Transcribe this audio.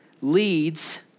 leads